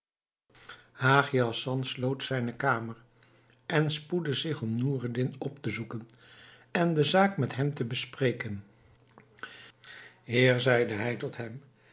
hagi hassan sloot zijne kamer en spoedde zich om noureddin op te zoeken en de zaak met hem te bespreken heer zeide hij tot hem